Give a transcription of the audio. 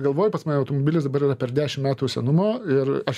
galvoju pas mane automobilis dabar yra per dešim metų senumo ir aš